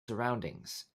surroundings